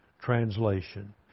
translation